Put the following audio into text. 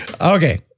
Okay